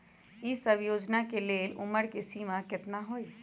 ई सब योजना के लेल उमर के सीमा केतना हई?